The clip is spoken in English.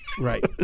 Right